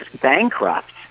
bankrupt